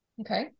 Okay